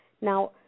Now